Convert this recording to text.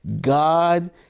god